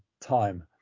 time